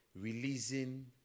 releasing